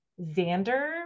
Xander